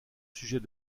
sujet